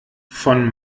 von